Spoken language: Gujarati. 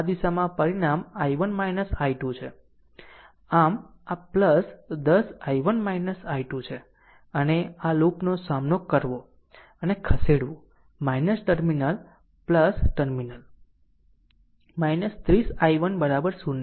આમ આ દિશામાં પરિણામ i1 i2 છે આમ 10 i1 i2 છે અને આ લૂપનો સામનો કરવો અને ખસેડવું ટર્મિનલ આમ 30 i1 0